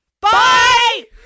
bye